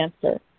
cancer